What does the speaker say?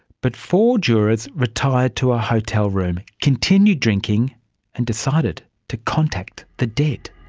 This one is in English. but four jurors retired to a hotel room, continued drinking and decided to contact the dead.